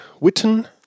Witten